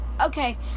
Okay